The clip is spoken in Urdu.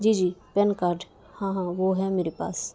جی جی پین کارڈ ہاں ہاں وہ ہے میرے پاس